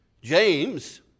James